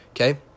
okay